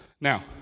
Now